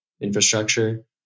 infrastructure